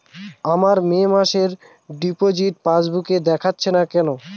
আমার মে মাসের ডিপোজিট পাসবুকে দেখাচ্ছে না কেন?